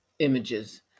images